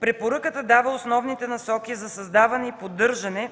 Препоръката дава основните насоки за създаване и поддържане